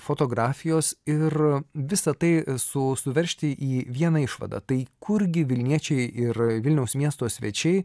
fotografijos ir visa tai su suveržti į vieną išvadą tai kurgi vilniečiai ir vilniaus miesto svečiai